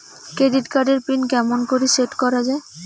Credit card এর pin কেমন করি সেট করা য়ায়?